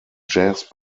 jazz